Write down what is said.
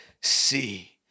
See